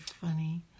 funny